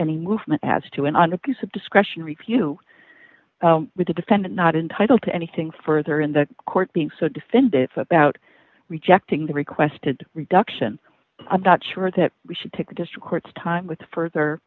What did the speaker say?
any movement has to an under piece of discretion review with the defendant not entitled to anything further in the court being so defendants about rejecting the requested reduction i'm not sure that we should take the district court's time with further